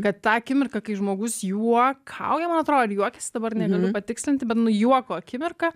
kad tą akimirką kai žmogus juokauja man atrodo ar juokiasi dabar negaliu patikslinti bet juoko akimirką